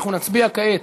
אנחנו נצביע כעת